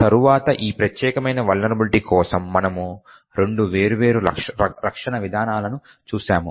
తరువాత ఈ ప్రత్యేకమైన వలనరబిలిటీ కోసం మనము రెండు వేర్వేరు రక్షణ విధానాలను చూశాము